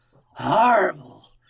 horrible